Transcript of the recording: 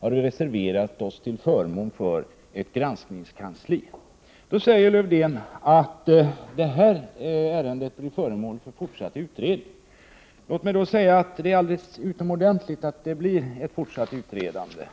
reserverat oss till förmån för ett granskningskansli. Lövdén säger att det ärendet blir föremål för fortsatt utredning. Låt mig då säga att det är utomordentligt att det blir ett fortsatt utredande.